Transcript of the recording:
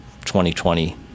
2020